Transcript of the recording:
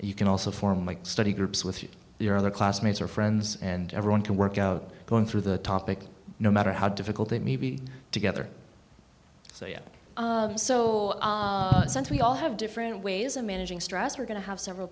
you can also form my study groups with your other classmates or friends and everyone can work out going through the topic no matter how difficult they may be together so yeah so we all have different ways of managing stress we're going to have several